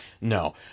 No